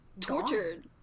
Tortured